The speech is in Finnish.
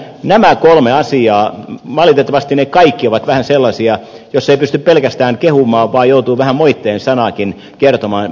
nämä kolme asiaa valitettavasti kaikki ovat vähän sellaisia joissa ei pysty pelkästään kehumaan vaan joutuu vähän moitteen sanaakin kertomaan